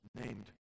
named